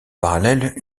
parallèle